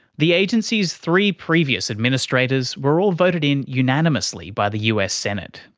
the agency's three previous administrators were all voted in unanimously by the us senate.